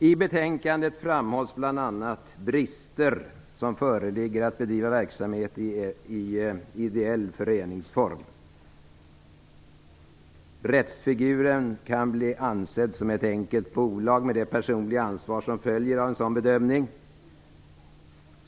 I betänkandet framhålls bl.a. brister som föreligger när det gäller bedrivande av verksamhet i ideell föreningsform. Rättsfiguren kan bli ansedd som ett enkelt bolag med det personliga ansvar som följer av en sådan bedömning.